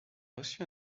reçu